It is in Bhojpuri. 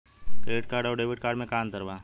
क्रेडिट अउरो डेबिट कार्ड मे का अन्तर बा?